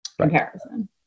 comparison